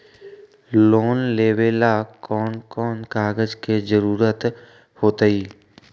Loan लेवेला कौन कौन कागज के जरूरत होतई?